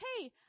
hey